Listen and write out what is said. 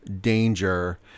danger